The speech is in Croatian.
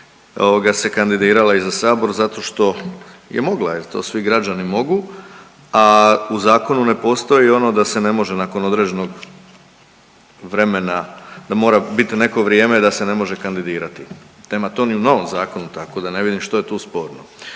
izabrali se kandidirala i za Sabor zato što je mogla jer to svi građani mogu. A u zakonu ne postoji ono da se ne može nakon određenog vremena da mora bit neko vrijeme da se ne može kandidirati, nema to ni u novom zakonu tako da ne vidim što je tu sporno.